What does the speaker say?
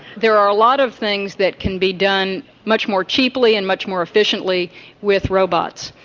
there are a lot of things that can be done much more cheaply and much more efficiently with robots.